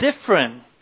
different